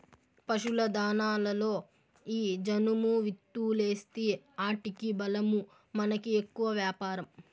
పశుల దాణాలలో ఈ జనుము విత్తూలేస్తీ ఆటికి బలమూ మనకి ఎక్కువ వ్యాపారం